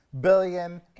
billion